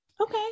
okay